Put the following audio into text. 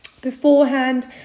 beforehand